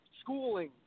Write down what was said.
schooling